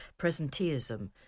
presenteeism